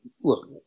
look